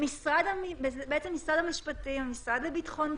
בעצם משרד המשפטים, המשרד לביטחון הפנים,